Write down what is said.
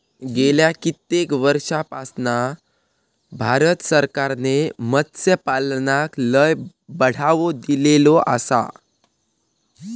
गेल्या कित्येक वर्षापासना भारत सरकारने मत्स्यपालनाक लय बढावो दिलेलो आसा